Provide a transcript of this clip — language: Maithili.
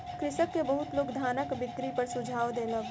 कृषक के बहुत लोक धानक बिक्री पर सुझाव देलक